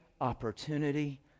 opportunity